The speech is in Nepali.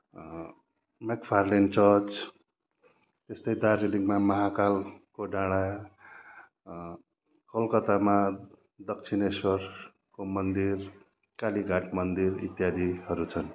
मेकफारलेन चर्च यस्तै दार्जिलिङमा महाकालको डाँडा कोलकतामा दक्षिणेश्वरको मन्दिर कालीघाट मन्दिर इत्यादिहरू छन्